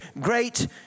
great